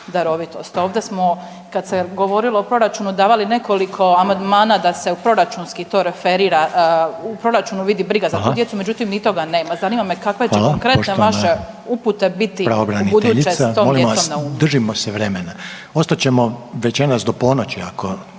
Ovdje smo kada se govorilo o proračunu davali nekoliko amandmana da se u proračunski to referira u proračunu vidi briga za tu djecu. Međutim, ni toga nema. … /Upadica Reiner: Hvala./… Zanima me kakve će konkretne vaše upute biti ubuduće s tom djecom …